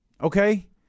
Okay